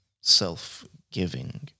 self-giving